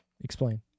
Explain